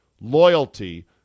loyalty